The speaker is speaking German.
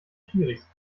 schiris